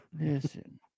listen